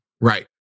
Right